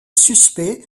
suspect